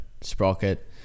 sprocket